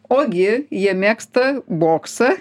ogi jie mėgsta boksą